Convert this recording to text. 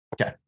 Okay